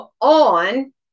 on